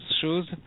shoes